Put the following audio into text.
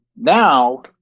now